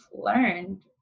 learned